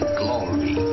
glory